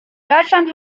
deutschland